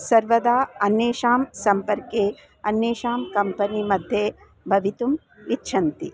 सर्वदा अन्येषां सम्पर्के अन्येषां कम्पनीमध्ये भवितुम् इच्छन्ति